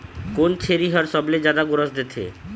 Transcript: कोन छेरी हर सबले जादा गोरस देथे?